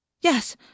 Yes